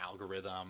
algorithm